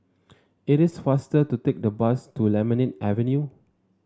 it is faster to take the bus to Lemon Avenue